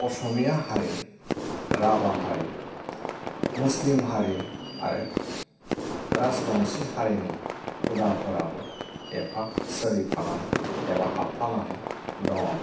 असमिया हारि राभा हारि मुस्लिम हारि आरो राजबंसि हारिनि हुदाफोराबो एफा सोलिफानानै एबा हाबफानानै दङ